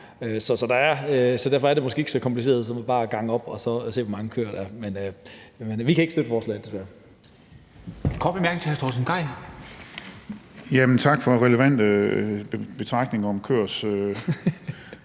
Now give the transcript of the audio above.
Så derfor er det måske ikke bare at gange op og se, hvor mange køer der er. Men vi kan ikke støtte forslaget, som det